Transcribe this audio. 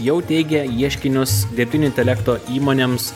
jau teikia ieškinius dirbtinio intelekto įmonėms